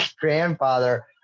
grandfather